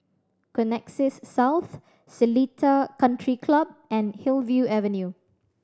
Connexis South Seletar Country Club and Hillview Avenue